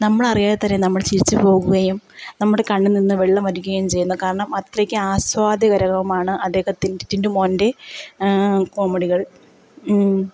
നമ്മളറിയാതെ തന്നെ നമ്മൾ ചിരിച്ച് പോകുകയും നമ്മുടെ കണ്ണിൽ നിന്നു വെള്ളം വരികയും ചെയ്യുന്നു കാരണം അത്രക്ക് ആസ്വാദ്യകരവുമാണ് അദ്ദേഹത്തിൻ്റെ ടിൻറ്റു മോൻ്റെ കോമഡികൾ